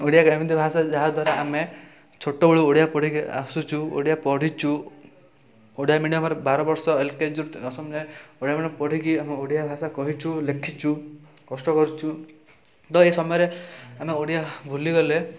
ଓଡ଼ିଆ ଏକ ଏମିତି ଭାଷା ଯାହା ଦ୍ୱାରା ଆମେ ଛୋଟବେଳୁ ଓଡ଼ିଆ ପଢ଼ିକି ଆସୁଛୁ ଓଡ଼ିଆ ପଢ଼ିଛୁ ଓଡ଼ିଆ ମିଡ଼ିୟମ୍ରେ ବାରବର୍ଷ ଏଲ୍କେଜିରୁ ଦଶମ ଯାଏଁ ଓଡ଼ିଆ ମିଡ଼ିୟମ୍ ପଢ଼ିକି ଆମେ ଓଡ଼ିଆ ଭାଷା କହିଛୁ ଲେଖିଛୁ କଷ୍ଟ କରିଛୁ ତ ଏଇ ସମୟରେ ଆମେ ଓଡ଼ିଆ ଭୁଲିଗଲେ